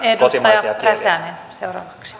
arvoisa rouva puhemies